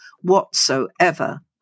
whatsoever